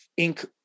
Inc